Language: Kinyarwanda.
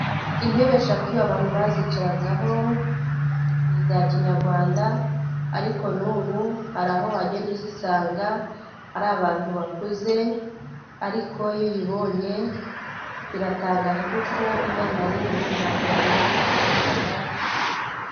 Intebe eshatu, abantu bazicaraho n'iza kinyarwanda, ariko n'ubu hari aho wagenda uzisanga hari abantu bakuze, ariko iyo uyibonye biratangaje kuko umwana w'ubu ntago yamenya uko bayita.